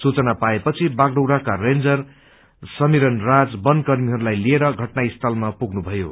सूचना पाएपछि बागडुप्राका रेजर समिरन राज वन कर्मीहरूलाई लिएर घटनास्थलमा पुग्नुष्क्यो